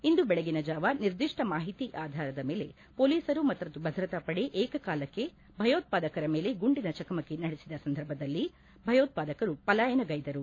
ಇಂದು ಬೆಳಗಿನ ಜಾವ ನಿರ್ದಿಷ್ಲ ಮಾಹಿತಿ ಆಧಾರದ ಮೇಲೆ ಮೊಲೀಸರು ಮತ್ತು ಭದ್ರತಾ ಪಡೆ ಏಕಕಾಲಕ್ಕೆ ಭಯೋತ್ವಾದಕರ ಮೇಲೆ ಗುಂಡಿನ ಚಕಮಕಿ ನಡೆಸಿದ ಸಂದರ್ಭದಲ್ಲಿ ಭಯೋತ್ವಾದಕರು ಫಲಾಯನಗೈದರು